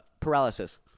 paralysis